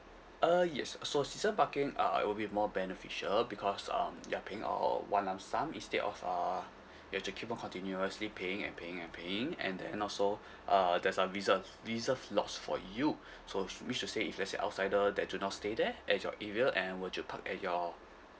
uh yes also season parking uh it'll be more beneficial because um you're paying a one lump sum instead of uh you have to keep on continuously paying and paying and paying and then also uh there's some reserve reserve lost for you so which which to say if let's outsider that do not stay there at your area and would you park at your